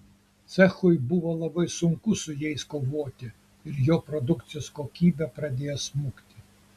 cechui buvo labai sunku su jais kovoti ir jo produkcijos kokybė pradėjo smukti